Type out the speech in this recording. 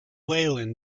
whelan